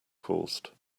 caused